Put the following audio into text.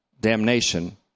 damnation